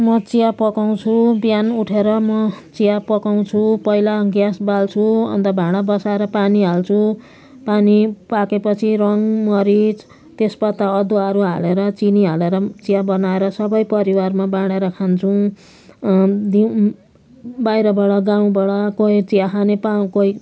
म चिया पकाउँछु बिहान उठेर म चिया पकाउँछु पहिला ग्यास बाल्छु अन्त भाँडा बसाएर पानी हाल्छु पानी पाकेपछि रङ मरिच तेजपत्ता अदुवाहरू हालेर चिनी हालेर चिया बनाएर सबै परिवारमा बाँडेर खान्छौँ दिउँ बाहिरबाट गाउँबाट कोही चिया खाने पा कोही